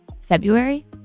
February